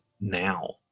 now